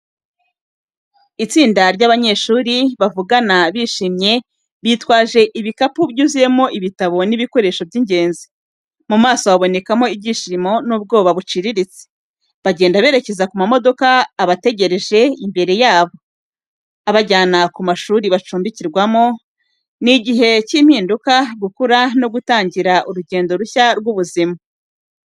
Itsinda ry'abanyeshuri, bavugana bishimye, bitwaje ibikapu byuzuyemo ibitabo n’ibikoresho by’ingenzi. Mu maso habonekamo ibyishimo n’ubwoba buciriritse. Bagenda berekeza ku mamodoka abategereje imbere yabo, abajyana ku mashuri bacumbikirwamo. Ni igihe cy’impinduka, gukura, no gutangira urugendo rushya rw’ubuzima.